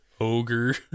Ogre